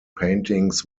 paintings